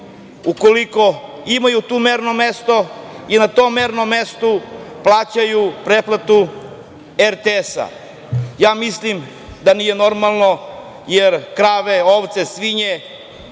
ukoliko imaju to merno mesto i na tom mernom mestu plaćaju pretplatu RTS-a. Mislim da nije normalno, jer krave, ovce, svinje,